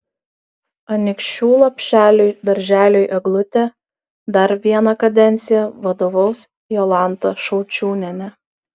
anykščių lopšeliui darželiui eglutė dar vieną kadenciją vadovaus jolanta šaučiūnienė